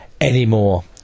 anymore